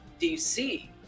DC